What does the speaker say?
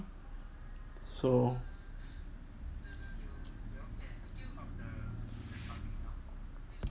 so